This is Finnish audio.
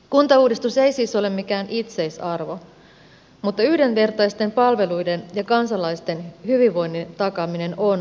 kuntauudistus ei siis ole mikään itseisarvo mutta yhdenvertaisten palveluiden ja kansalaisten hyvinvoinnin takaaminen on itseisarvo